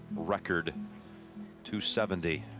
record two. seventy-two.